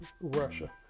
Russia